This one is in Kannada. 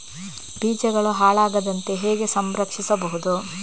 ಬೀಜಗಳು ಹಾಳಾಗದಂತೆ ಹೇಗೆ ಸಂರಕ್ಷಿಸಬಹುದು?